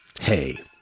Hey